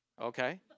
okay